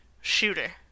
Shooter